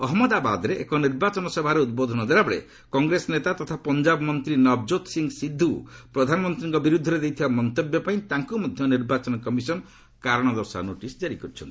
ଅହମ୍ମଦାବାଦରେ ଏକ ନିର୍ବାଚନ ସଭାରେ ଉଦ୍ବୋଧନ ଦେଲାବେଳେ କଂଗ୍ରେସ ନେତା ତଥା ପଞ୍ଜାବ ମନ୍ତ୍ରୀ ନଭଜୋତ ସିଂହ ସିଦ୍ଧ ପ୍ରଧାନମନ୍ତ୍ରୀଙ୍କ ବିର୍ତ୍ଧରେ ଦେଇଥିବା ମନ୍ତବ୍ୟ ପାଇଁ ତାଙ୍କୁ ମଧ୍ୟ ନିର୍ବାଚନ କମିଶନ କାରଣ ଦର୍ଶାଅ ନୋଟସ୍ ଜାରି କରିଛନ୍ତି